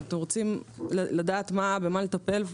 אתם רוצים לדעת במה לטפל?